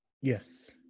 Yes